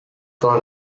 toda